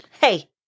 hey